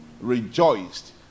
rejoiced